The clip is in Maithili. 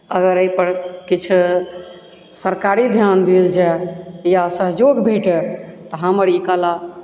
अगर एहिपर किछु सरकारी ध्यान देल जाय या सहयोग भेटय तऽ हमर ई कला